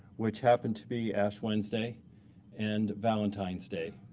which happened to be ash wednesday and valentine's day.